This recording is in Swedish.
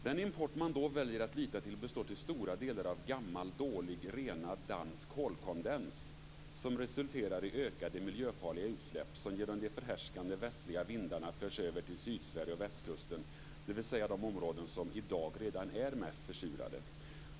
Den import man då väljer att lita till består till stora delar av gammal dålig renad dansk kolkondens som resulterar i ökade miljöfarliga utsläpp som genom de förhärskande västliga vindarna förs över till Sydsverige och västkusten, dvs. de områden som redan nu är mest försurade.